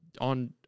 on